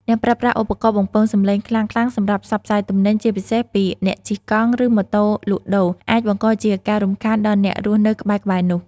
ការប្រើប្រាស់ឧបករណ៍បំពងសំឡេងខ្លាំងៗសម្រាប់ផ្សព្វផ្សាយទំនិញ ជាពិសេសពីអ្នកជិះកង់ ឬម៉ូតូលក់ដូរ អាចបង្កជាការរំខានដល់អ្នករស់នៅក្បែរៗនោះ។